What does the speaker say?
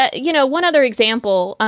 ah you know, one other example,